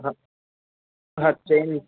हा चैन